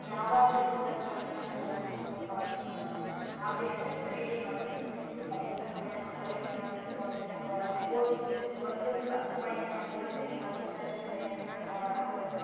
ಯಾವಾಗಲು ಪುಸ್ತಕಗಳನ್ನು ನಾನು ಸ್ವಲ್ಪ ಆಬಿ ಅಂದರೆ ಖರೀದಿ ಮಾಡುತ್ತೇನೆ ಪುಸ್ತಕಗಳನ್ನು ಖರೀದಿ ಮಾಡ್ಬಿಟ್ಟು ಆ ಪುಸ್ತಕವನ್ನು ಓದಿ ಒಂದು ಅಚ್ಚು ಪಡಿಯನ್ನು ಓದ್ತೀನಿ ಮತ್ತೊಂದು ಅಚ್ಚು ಪಡಿಯನ್ನು ನನ್ನ ಒಂದು